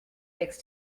fix